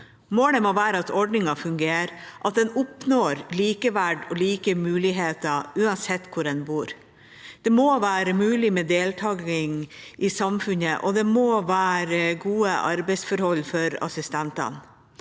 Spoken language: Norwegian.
Målet må være at ordningen fungerer, og at en oppnår likeverd og like muligheter uansett hvor en bor. Det må være mulig med deltaking i samfunnet, og det må være gode arbeidsforhold for assistentene.